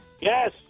Yes